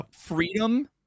freedom